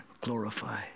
glorify